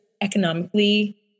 economically